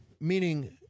meaning